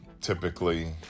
Typically